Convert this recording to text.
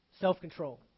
Self-control